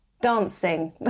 dancing